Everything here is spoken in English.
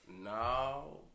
no